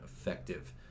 effective